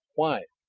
why?